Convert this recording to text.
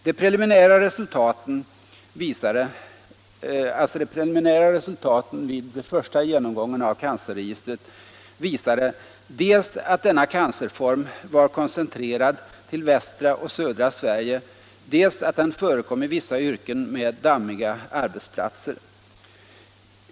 De preliminära resultaten vid den första genomgången av cancerregistret visade dels att denna cancerform var koncentrerad till västra och södra Sverige, dels att den förekom i vissa yrken med dammiga arbetsplatser.